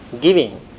giving